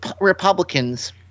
Republicans